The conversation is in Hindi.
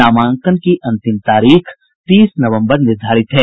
नामांकन की अंतिम तारीख तीस नवम्बर निर्धारित है